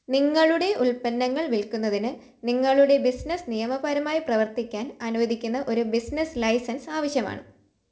നിങ്ങളുടെ ഉൽപ്പന്നങ്ങൾ വിൽക്കുന്നതിന് നിങ്ങളുടെ ബിസിനസ്സ് നിയമപരമായി പ്രവർത്തിക്കാൻ അനുവദിക്കുന്ന ഒരു ബിസിനസ്സ് ലൈസൻസ് ആവശ്യമാണ്